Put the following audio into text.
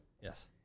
yes